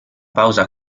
pausa